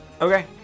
Okay